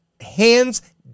Hands